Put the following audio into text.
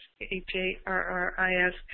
H-A-R-R-I-S